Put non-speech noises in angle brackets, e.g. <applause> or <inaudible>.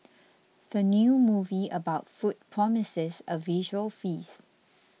<noise> the new movie about food promises a visual feast